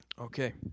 Okay